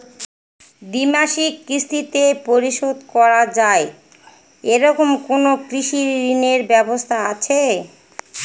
দ্বিমাসিক কিস্তিতে পরিশোধ করা য়ায় এরকম কোনো কৃষি ঋণের ব্যবস্থা আছে?